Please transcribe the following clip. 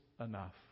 enough